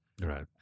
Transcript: Right